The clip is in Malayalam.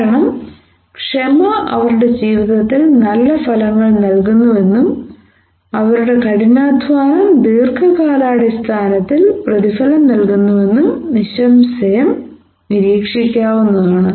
കാരണം ക്ഷമ അവരുടെ ജീവിതത്തിൽ നല്ല ഫലങ്ങൾ നൽകുന്നുവെന്നും അവരുടെ കഠിനാധ്വാനം ദീർഘകാലാടിസ്ഥാനത്തിൽ പ്രതിഫലം നൽകുന്നുവെന്നും നിസംശയം നിരീക്ഷിക്കാവുന്നതാണ്